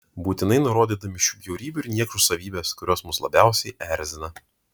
būtinai nurodydami šių bjaurybių ir niekšų savybes kurios mus labiausiai erzina